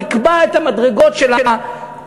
נקבע את המדרגות של הקיזוז.